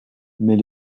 mais